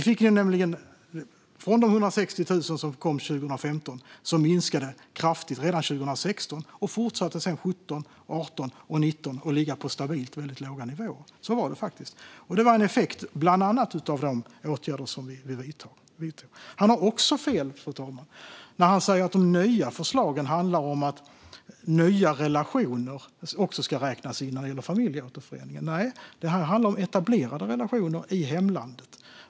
Från de 160 000 som kom 2015 minskade det kraftigt redan 2016, och det fortsatte sedan 2017, 2018 och 2019 att ligga på stabilt väldigt låga nivåer. Så var det faktiskt. Detta var bland annat en effekt av de åtgärder som vi vidtog. Jonas Andersson har också fel när han säger att de nya förslagen när det gäller familjeåterföreningen handlar om att även nya relationer ska räknas in. Nej, det här handlar om etablerade relationer i hemlandet.